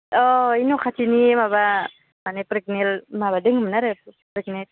अ ओइ न' खाथिनि माबा माने प्रेगनेन्ट माबा दोङोमोन आरो प्रेगनेन्ट